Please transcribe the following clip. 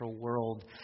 world